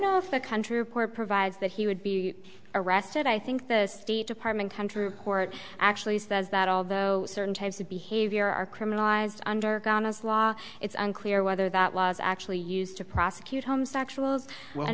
know if the country report provides that he would be arrested i think the state department country report actually says that although certain types of behavior are criminalized underground as law it's unclear whether that was actually used to prosecute ho